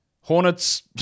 Hornets